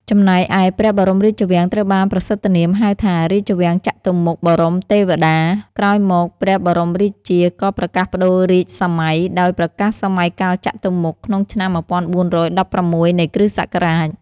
ចំណែកឯព្រះបរមរាជវាំងត្រូវបានប្រសិដ្ឋនាមហៅថា "រាជវាំងចតុមុខបរមទេវតា" ក្រោយមក ព្រះបរមរាជា ក៏ប្រកាសប្ដូររាជសម័យ ដោយប្រកាសសម័យកាលចតុមុខ ក្នុងឆ្នាំ ១៤១៦ នៃគ.សករាជ ។